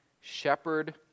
Shepherd